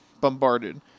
bombarded